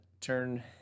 turn